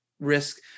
risk